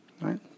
Right